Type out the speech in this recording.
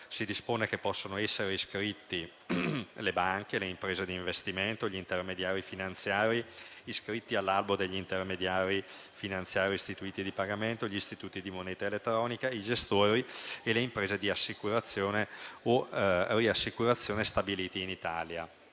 si dispone che possano essere iscritti le banche, le imprese di investimento e gli intermediari finanziari iscritti all'albo degli intermediari finanziari, gli istituti di pagamento, gli istituti di moneta elettronica, i gestori e le imprese di assicurazione o riassicurazione stabiliti in Italia.